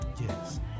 Yes